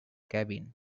cabin